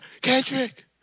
Kendrick